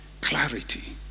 clarity